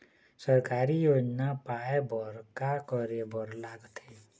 सरकारी योजना पाए बर का करे बर लागथे?